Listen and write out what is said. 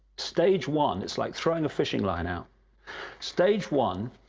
stage one is like throwing a fishing line out stage one.